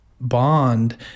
bond